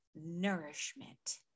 nourishment